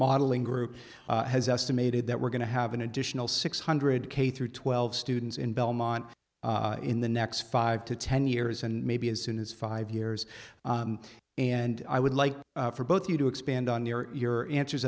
modeling group has estimated that we're going to have an additional six hundred k through twelve students in belmont in the next five to ten years and maybe as soon as five years and i would like for both you to expand on your answers